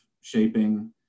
shaping